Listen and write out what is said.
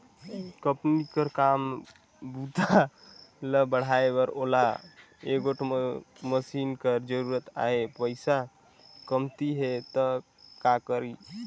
Company कर काम बूता ल बढ़ाए बर ओला एगोट मसीन कर जरूरत अहे, पइसा कमती हे त का करी?